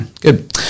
good